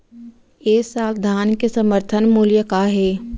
ए साल धान के समर्थन मूल्य का हे?